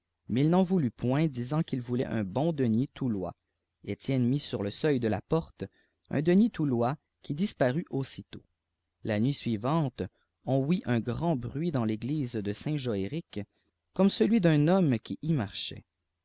mais il n'en voulut point disant qu'il voulait un bon denier toutois etienne mit sur le seuil de la pqrte un denier tpulois m i diarut aussitôt la nuh sui vante j on ouït ufa grand bruit dans l'eglisè de saint èœric comme celui d'un homme qui y marchait